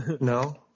No